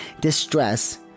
distress